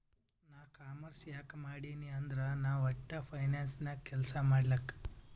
ನಾ ಕಾಮರ್ಸ್ ಯಾಕ್ ಮಾಡಿನೀ ಅಂದುರ್ ನಾ ವಟ್ಟ ಫೈನಾನ್ಸ್ ನಾಗ್ ಕೆಲ್ಸಾ ಮಾಡ್ಲಕ್